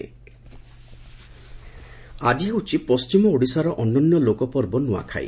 ନୁଆଖାଇ ଆକି ହେଉଛି ପଣ୍କିମ ଓଡ଼ିଶାର ଅନନ୍ୟ ଲୋକପର୍ବ ନ୍ଆଖାଇ